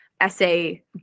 essay